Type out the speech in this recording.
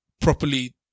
properly